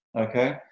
okay